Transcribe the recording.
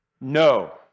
No